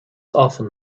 often